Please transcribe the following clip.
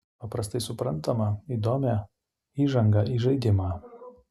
paprastai suprantamą įdomią įžangą į žaidimą